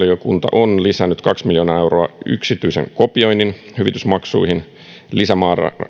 on lisännyt kaksi miljoonaa euroa yksityisen kopioinnin hyvitysmaksuihin lisämäärärahalla